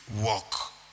walk